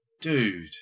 Dude